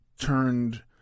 turned